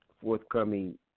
forthcoming